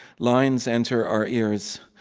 lines enter our ears.